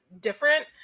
different